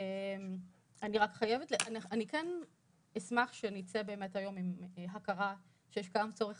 אני אשמח שנצא היום עם הכרה שיש צורך